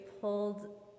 pulled